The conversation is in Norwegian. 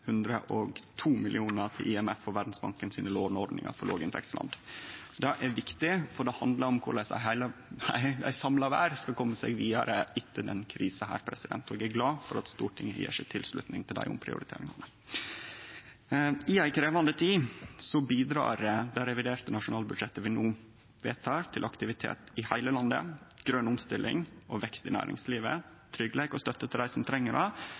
102 mill. kr til IMF og Verdensbanken sine låneordningar for låginntektsland. Det er viktig, for det handlar om korleis ei samla verd skal kome seg vidare etter denne krisa. Eg er glad for at Stortinget gjev si tilslutning til dei omprioriteringane. I ei krevjande tid bidreg det reviderte nasjonalbudsjettet vi no vedtek, til aktivitet i heile landet, grøn omstilling og vekst i næringslivet, tryggleik og støtte til dei som treng det,